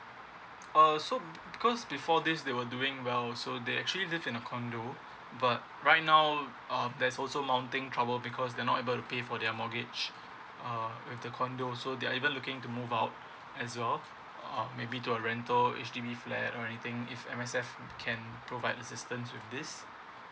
uh so cause before this they were doing well so they actually live in a condo but right now um there's also mounting trouble because they're not able to pay for their mortgage uh with the condo so they're able looking to move out as well uh maybe to a rental H_D_B flat or anything if M_S_F can provide assistance with this